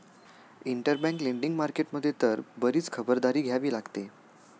interbank lending market मध्ये तर बरीच खबरदारी घ्यावी लागते